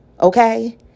Okay